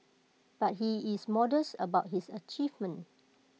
but he is modest about his achievement